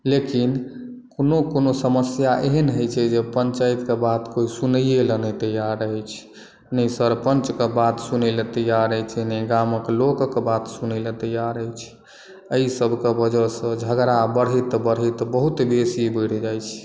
लेकिन कोनो कोनो समस्या एहन होइ छै जे पंचायत के बात कोइ सुनै लए नहि तैयार रहै छै ने सरपंच के बात सुनय लए तैयार अछि नहि गामक लोकक बात सुनय लए तैयार अछि एहि सबके वजह सॅं झगड़ा बढ़ैत बढ़ैत बहुत बेसी बढ़ि जाइ छै